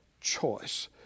choice